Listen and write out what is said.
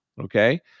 Okay